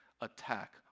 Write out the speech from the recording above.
attack